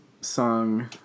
song